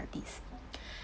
~ties